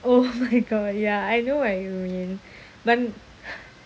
oh my god ya I know what you mean but